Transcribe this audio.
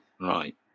right